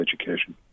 education